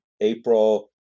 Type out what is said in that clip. April